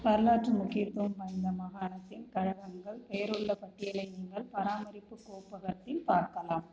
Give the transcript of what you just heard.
வரலாற்று முக்கியத்துவம் வாய்ந்த மாகாணத்தின் கழகங்கள் பெயருள்ள பட்டியலை நீங்கள் பராமரிப்புக் கோப்பகத்தில் பார்க்கலாம்